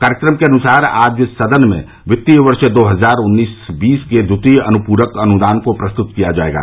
कार्यक्रम के अनुसार आज सदन में वित्तीय वर्ष दो हजार उन्नीस बीस के द्वितीय अनुप्रक अनुदान को प्रस्तुत किया जायेगा